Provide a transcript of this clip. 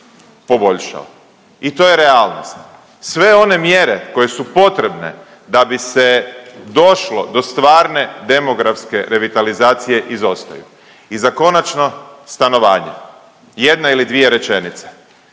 poboljšao i to je realnost. Sve one mjere koje su potrebne da bi se došlo do stvarne demografske revitalizacije izostaju. I za konačno stanovanje, jedna ili dvije rečenice,